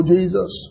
Jesus